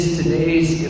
today's